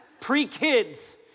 Pre-kids